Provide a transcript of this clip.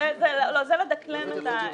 זה לדקלם את החוק.